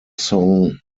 song